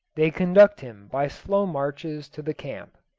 they conduct him by slow marches to the camp.